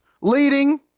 leading